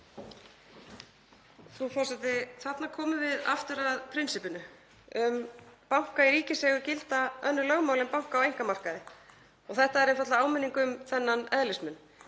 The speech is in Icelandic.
Frú forseti. Þarna komum við aftur að prinsippinu. Um banka í ríkiseigu gilda önnur lögmál en banka á einkamarkaði og þetta er einfaldlega áminning um þennan eðlismun.